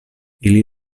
ili